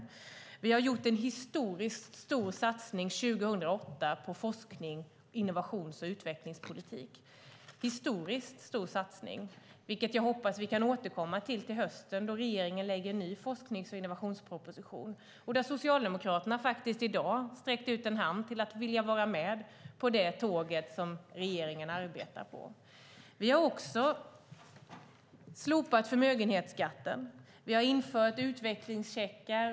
År 2008 gjorde vi en historiskt stor satsning på forsknings-, innovations och utvecklingspolitiken, som jag hoppas att vi kan återkomma till under hösten då regeringen lägger fram en ny forsknings och innovationsproposition. I dag har Socialdemokraterna faktiskt sträckt ut en hand och visat en vilja att vara med på tåget när det gäller det som regeringen arbetar på. Vi har också slopat förmögenhetsskatten. Vi har infört utvecklingscheckar.